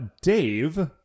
Dave